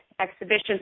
exhibitions